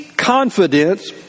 confidence